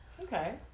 okay